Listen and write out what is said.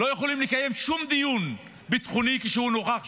לא יכולים לקיים שום דיון ביטחוני כשהוא נוכח שם,